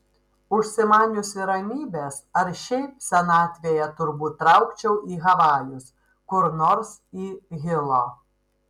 užsimaniusi ramybės ar šiaip senatvėje turbūt traukčiau į havajus kur nors į hilo